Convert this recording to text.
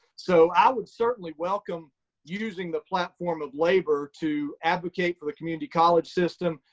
so i would certainly welcome using the platform of labor to advocate for the community college system,